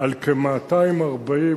על כ-240,